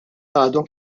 għadhom